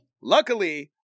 Luckily